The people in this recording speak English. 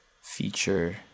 feature